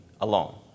alone